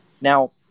Now